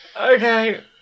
Okay